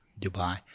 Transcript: Dubai